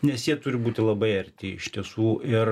nes jie turi būti labai arti iš tiesų ir